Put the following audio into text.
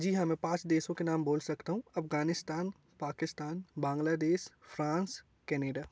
जी हाँ मैं पाँच देशों के नाम बोल सकता हूँ अफगानिस्तान पाकिस्तान बांग्लादेश फ्रांस कैनेडा